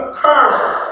current